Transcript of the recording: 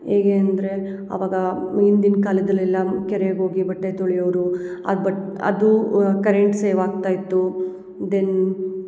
ಹೇಗೆ ಅಂದರೆ ಅವಾಗ ಹಿಂದಿನ ಕಾಲದಲೆಲ್ಲ ಕೆರೆಗೆ ಹೋಗಿ ಬಟ್ಟೆ ತೊಳಿಯೋರು ಆ ಬಟ್ ಅದು ಕರೆಂಟ್ ಸೇವ್ ಆಗ್ತಾ ಇತ್ತು ದೆನ್